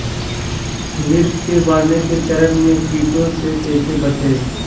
मिर्च के बढ़ने के चरण में कीटों से कैसे बचये?